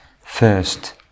first